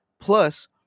Plus